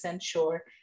sure